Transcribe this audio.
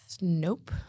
Nope